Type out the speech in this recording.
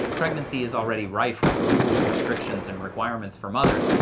pregnancy is already rife with rules, restrictions and requirements for mothers,